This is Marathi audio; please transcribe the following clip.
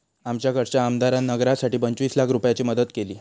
आमच्याकडच्या आमदारान नगरासाठी पंचवीस लाख रूपयाची मदत केली